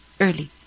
early